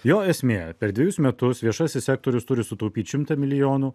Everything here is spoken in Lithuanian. jo esmė per dvejus metus viešasis sektorius turi sutaupyt šimtą milijonų